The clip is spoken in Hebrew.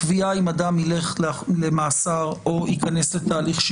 אדם מתגורר במקום שהוא לא באחד משטחי